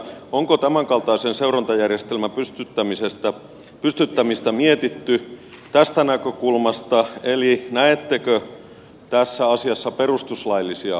onko tämänkaltaisen seurantajärjestelmän pystyttämistä mietitty tästä näkökulmasta eli näettekö tässä asiassa perustuslaillisia ongelmia